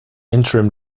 interim